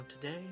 today